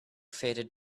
faded